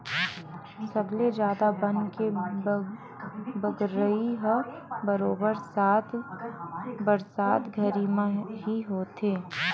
सबले जादा बन के बगरई ह बरोबर बरसात घरी म ही होथे